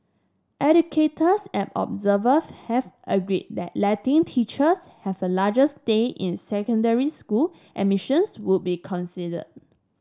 educators and observer have agreed that letting teachers have a larger stay in secondary school admissions would be considered